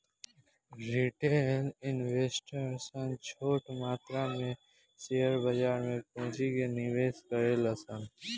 retail investor सन छोट मात्रा में शेयर बाजार में पूंजी के निवेश करेले सन